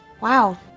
Wow